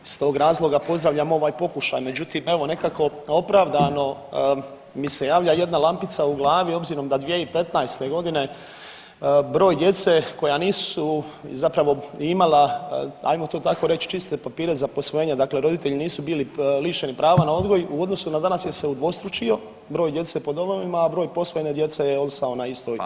Iz tog razloga pozdravljam ovaj pokušaj međutim evo nekako opravdano mi se javlja jedna lampica u glavi obzirom da 2015. godine broj djece koja nisu zapravo imala ajmo to tako reći čiste papire za posvojenje, dakle roditelji nisu bili lišeni prava na odgoj u odnosu na danas je se udvostručio broj djece po domovima, a broj posvojene djece je ostao na istoj brojci.